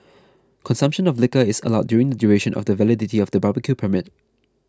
consumption of liquor is allowed during the duration of the validity of the barbecue permit